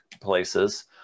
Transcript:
places